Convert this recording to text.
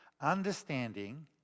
Understanding